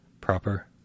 proper